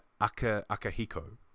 Akahiko